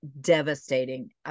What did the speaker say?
devastating